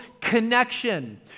connection